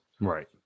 Right